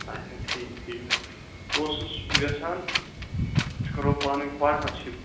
اچھا ٹھیٖک ٹھیٖک بہٕ اوسُس یَژھان أسۍ کرو پانہٕ ؤنۍ پاٹنَرشِپ